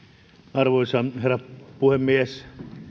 arvoisa herra puhemies